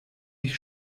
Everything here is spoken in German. mich